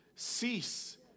cease